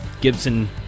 Gibson